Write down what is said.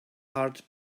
heart